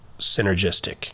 Synergistic